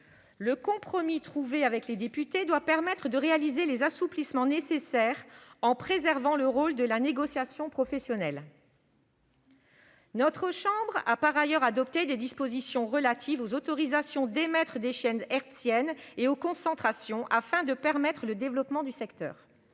Le compromis trouvé avec les députés doit permettre de réaliser les assouplissements nécessaires en préservant le rôle de la négociation professionnelle. Notre chambre a par ailleurs adopté des dispositions relatives aux autorisations d'émettre des chaînes hertziennes et aux concentrations, afin de permettre le développement du secteur.